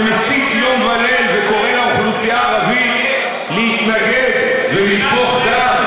שמסית יום וליל וקורא לאוכלוסייה הערבית להתנגד ולשפוך דם?